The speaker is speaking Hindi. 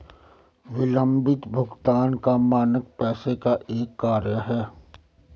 विलम्बित भुगतान का मानक पैसे का एक कार्य है